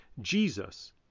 Jesus